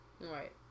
Right